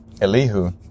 Elihu